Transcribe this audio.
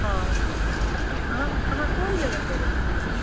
हँ अहाँ अहाँ कोन जगहपर रहै छिए